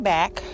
back